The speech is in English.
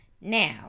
Now